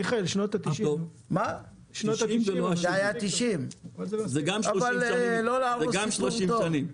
מיכאל, שנות ה-90 ולא ה-70, זה גם 30 שנים.